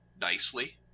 nicely